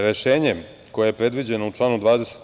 Rešenjem koje je predviđeno članom 20.